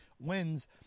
wins